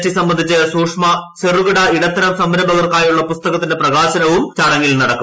T സംബന്ധിച്ച് സൂക്ഷ്മ ചെറുകിട ഇടത്തരം സംരംഭകർക്കായുള്ള പുസ്തകത്തിന്റെ പ്രകാശനവും ചടങ്ങിൽ നടക്കും